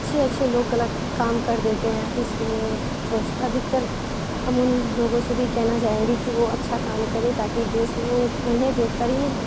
अच्छे अच्छे लोग गलत काम कर देते हैं इसलिए सोच अधिकतर हम उन लोगों से भी कहना चाहेंगे कि वो अच्छा काम करें ताकि देश में उन्हें देखकर ही